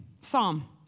Psalm